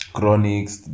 Chronics